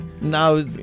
Now